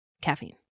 caffeine